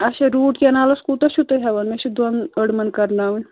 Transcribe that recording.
اَچھا root canals کوٗتاہ چھُو تُہۍ ہٮ۪وان مےٚ چھِ دۄن أڑمَن کَرناوٕنۍ